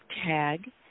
tag